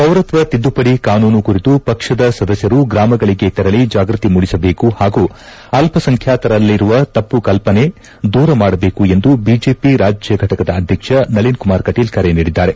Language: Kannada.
ಪೌರತ್ವ ತಿದ್ದುಪಡಿ ಕಾನೂನು ಕುರಿತು ಪಕ್ಷದ ಸದಸ್ವರು ಗ್ರಾಮಗಳಿಗೆ ತೆರಳಿ ಜಾಗೃತಿ ಮೂಡಿಸಬೇಕು ಹಾಗೂ ಅಲ್ಲಸಂಖ್ಯಾತರಲ್ಲಿರುವ ತಪ್ಪು ಪರಿಕಲ್ಲನೆ ದೂರ ಮಾಡಬೇಕು ಎಂದು ಬಿಜೆಪಿ ರಾಜ್ಜ ಘಟಕದ ಅಧ್ಯಕ್ಷ ನಳಿನ್ ಕುಮಾರ್ ಕಟೀಲ್ ಕರೆ ನೀಡಿದ್ದಾರೆ